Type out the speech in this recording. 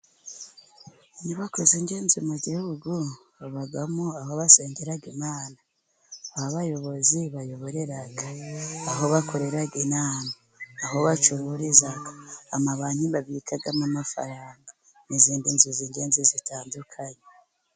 Inyubako z'ingenzi mu gihugu habamo aho basengera Imana, aho abayobozi bayoborera, aho bakorera inama, aho bacururiza, amabanki babikamo amafaranga n'izindi nzu z'ingenzi zitandukanye.